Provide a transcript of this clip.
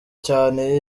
cyane